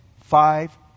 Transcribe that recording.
five